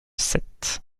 sept